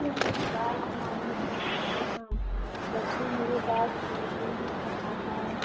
बच्चें मेरी बात माने तब ना बच्चे मेरी बात सुनते ही कहाँ हैं